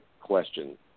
question